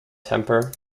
temper